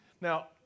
Now